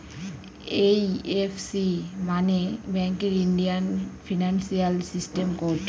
IFC মানে ব্যাঙ্কের Indian financial system code